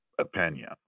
opinion